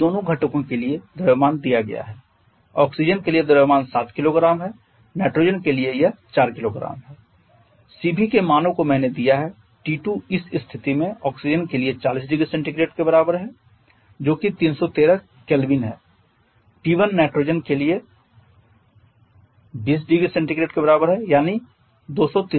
अब दोनों घटकों के लिए द्रव्यमान दिया गया है ऑक्सीजन के लिए द्रव्यमान 7 किलोग्राम है नाइट्रोजन के लिए यह 4 किलोग्राम है Cv के मानों को मैंने दिया है T2 इस स्थिति में ऑक्सीजन के लिए 40 0C के बराबर है जो कि 313 K है T1 नाइट्रोजन के लिए 20 0C के बराबर है यानी 293 K